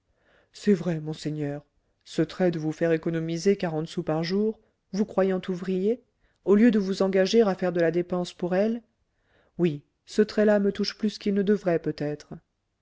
c'est vrai monseigneur ce trait de vous faire économiser quarante sous par jour vous croyant ouvrier au lieu de vous engager à faire de la dépense pour elle oui ce trait là me touche plus qu'il ne devrait peut-être